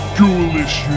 Ghoulish